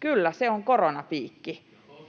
Kyllä, se on koronapiikki.